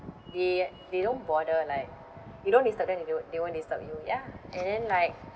they they don't bother like you don't disturb them they don't they won't disturb you yeah and then like